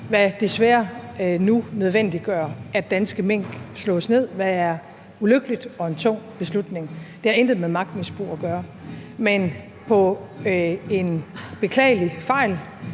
der desværre nu nødvendiggør, at danske mink slås ned, hvad der er ulykkeligt og en tung beslutning. Det har intet med magtmisbrug at gøre, men på grund af en beklagelig fejl